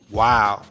wow